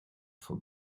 for